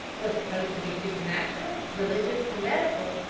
or supposed to be supernatural, religious, or medical,